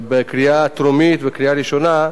לקריאה טרומית ולקריאה ראשונה,